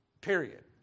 period